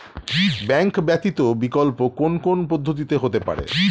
Bank ব্যতীত বিকল্প কোন কোন পদ্ধতিতে হতে পারে?